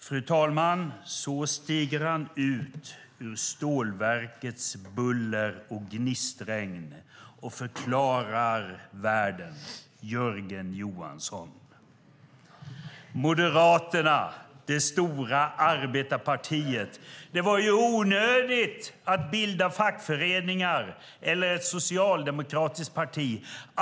Fru talman! Så stiger Jörgen Andersson ut ur stålverkets buller och gnistregn och förklarar världen. Moderaterna är det stora arbetarpartiet. Det var onödigt att bilda fackföreningar eller ett socialdemokratiskt parti.